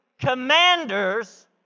Commanders